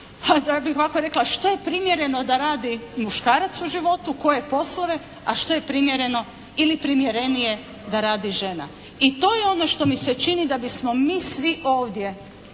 da bih ovako rekla što je primjereno da radi muškarac u životu ili primjerenije da radi žena. I to je ono što mi se čini da bismo mi svi ovdje